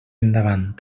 endavant